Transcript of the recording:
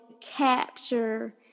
capture